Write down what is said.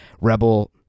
Rebel